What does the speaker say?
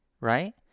right